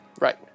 right